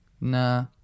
Nah